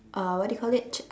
uh what do you call it ch~